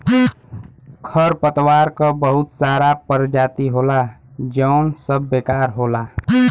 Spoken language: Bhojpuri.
खरपतवार क बहुत सारा परजाती होला जौन सब बेकार होला